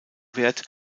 wert